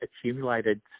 accumulated